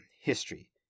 history